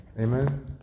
Amen